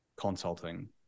consulting